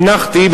הנחתי,